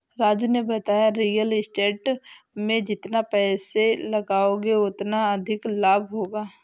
राजू ने बताया real estate में जितना पैसे लगाओगे उतना अधिक लाभ होगा